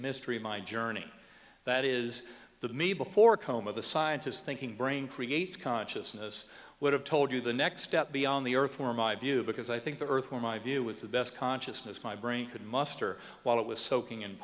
mystery of my journey that is the may before coma the scientists thinking brain creates consciousness would have told you the next step beyond the earth or my view because i think the earth or my view was the best consciousness my brain could muster while it was soaking in